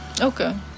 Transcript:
Okay